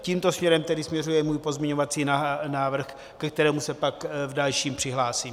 Tímto směrem tedy směřuje můj pozměňovací návrh, ke kterému se pak v dalším přihlásím.